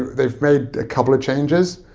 they've made a couple of changes,